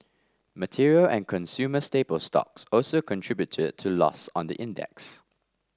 material and consumer staple stocks also contributed to loss on the index